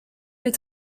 les